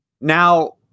Now